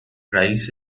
رئیس